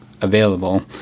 available